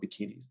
bikinis